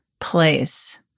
place